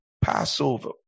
Passover